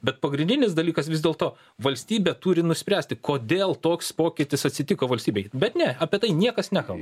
bet pagrindinis dalykas vis dėlto valstybė turi nuspręsti kodėl toks pokytis atsitiko valstybėj bet ne apie tai niekas nekalba